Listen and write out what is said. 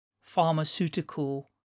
pharmaceutical